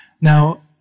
now